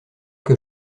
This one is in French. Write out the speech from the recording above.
que